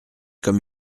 comme